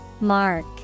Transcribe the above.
Mark